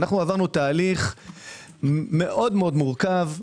עברנו תהליך מאוד מאוד מורחב.